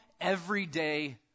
everyday